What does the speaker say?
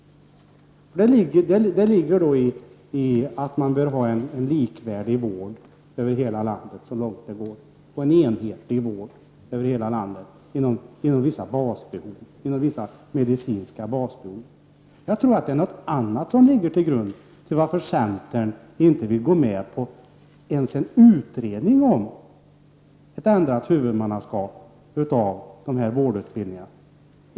Däri ligger då att det skall vara en likvärdig och enhetlig vård för alla över hela landet så långt det går inom vissa medicinska basbehov. Jag tror att det är något annat som ligger till grund för att centern inte vill gå med på ens en utredning om ett ändrat huvudmannaskap av vårdutbildningarna.